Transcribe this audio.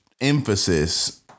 emphasis